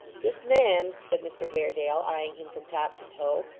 this man said mr haredale, eyeing him from top to toe,